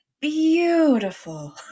beautiful